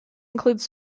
includes